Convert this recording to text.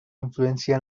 influencia